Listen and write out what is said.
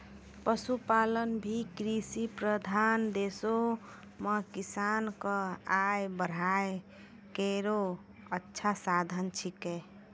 पशुपालन भी कृषि प्रधान देशो म किसान क आय बढ़ाय केरो अच्छा साधन छै